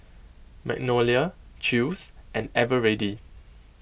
Magnolia Chew's and Eveready